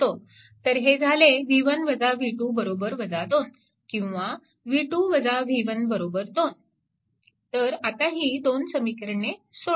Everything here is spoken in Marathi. तर हे झाले v1 v2 2 किंवा v2 v1 2 तर आता ही 2 समीकरणे सोडवा